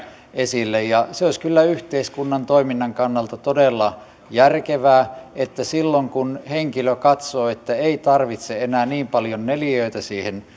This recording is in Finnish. esille se olisi kyllä yhteiskunnan toiminnan kannalta todella järkevää että silloin kun henkilö katsoo että ei tarvitse enää niin paljon neliöitä siihen